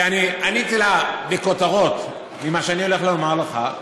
ואני עניתי לה בכותרות מה שאני הולך לומר לך.